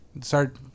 start